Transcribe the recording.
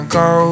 go